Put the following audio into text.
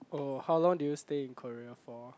oh how long did you stay in Korea for